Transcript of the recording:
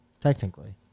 Technically